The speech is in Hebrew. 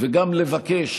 וגם מבקש